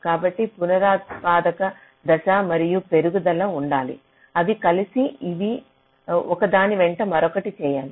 కాబట్టి పునరుత్పాదక దశ మరియు పెరుగుదల ఉండాలి అవి కలిసి అవి ఒక దాని వెంట మరొకటి చేయాలి